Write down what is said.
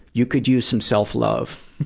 you could use some self-love,